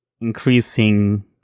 increasing